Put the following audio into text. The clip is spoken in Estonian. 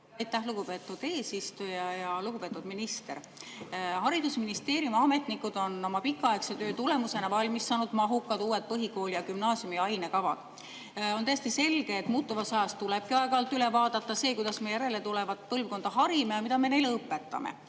Aitäh, lugupeetud eesistuja! Lugupeetud minister! Haridusministeeriumi ametnikud on oma pikaaegse töö tulemusena valmis saanud mahukad uued põhikooli ja gümnaasiumi ainekavad. On täiesti selge, et muutuvas ajas tulebki aeg-ajalt üle vaadata see, kuidas me järeltulevat põlvkonda harime ja mida me neile õpetame.